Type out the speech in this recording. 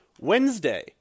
Wednesday